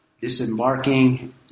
disembarking